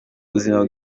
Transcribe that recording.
ubuzima